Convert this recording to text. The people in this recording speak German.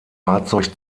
fahrzeug